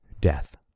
death